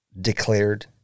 declared